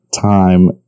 time